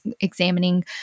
examining